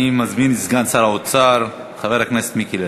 אני מזמין את סגן שר האוצר חבר הכנסת מיקי לוי.